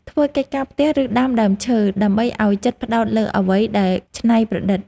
ធ្វើកិច្ចការផ្ទះ ឬដាំដើមឈើ ដើម្បីឱ្យចិត្តផ្ដោតលើអ្វីមួយដែលច្នៃប្រឌិត។